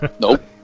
nope